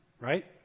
right